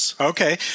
Okay